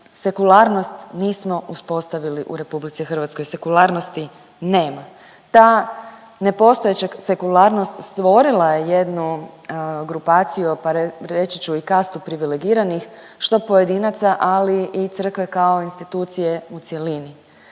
sekularnost nismo uspostavili u RH, sekularnosti nema. Ta nepostojeća sekularnost stvorila je jednu grupaciju, pa reći ću i kastu privilegiranih, što pojedinaca, ali i crkve kao institucije u cjelini.